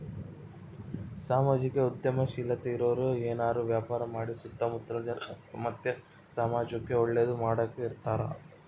ಸಾಮಾಜಿಕ ಉದ್ಯಮಶೀಲತೆ ಇರೋರು ಏನಾರ ವ್ಯಾಪಾರ ಮಾಡಿ ಸುತ್ತ ಮುತ್ತಲ ಜನಕ್ಕ ಮತ್ತೆ ಸಮಾಜುಕ್ಕೆ ಒಳ್ಳೇದು ಮಾಡಕ ಇರತಾರ